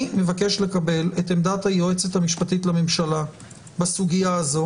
אני מבקש לקבל את עמדת היועצת המשפטית לממשלה בסוגיה הזאת